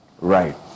Right